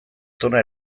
tona